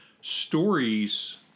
Stories